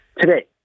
Today